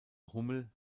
hummel